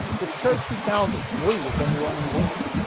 the church he founded grew within the roman world.